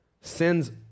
Sins